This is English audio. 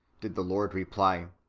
did the lord reply,